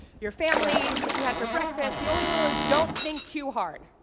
your family, what you had for breakfast. the only rule is don't think too hard.